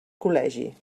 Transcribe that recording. col·legi